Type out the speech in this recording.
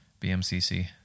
BMCC